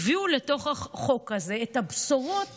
הביאה לתוך החוק הזה את הבשורות